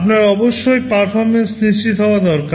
আপনার অবশ্যই পারফরম্যান্স নিশ্চিত হওয়ার দরকার